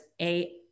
A-